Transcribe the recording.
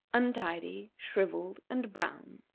untidy, shrivelled, and brown.